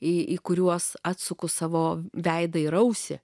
į kuriuos atsuku savo veidą ir ausį